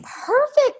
perfect